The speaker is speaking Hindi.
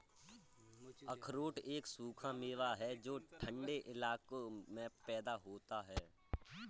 अखरोट एक सूखा मेवा है जो ठन्डे इलाकों में पैदा होता है